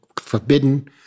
forbidden